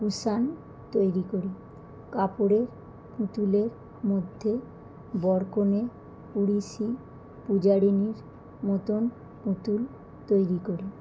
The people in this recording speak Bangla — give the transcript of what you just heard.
কুশান তৈরি করি কাপড়ের পুতুলের মধ্যে বর কনে উড়িষি পূজারিণীর মতোন পুতুল তৈরি করি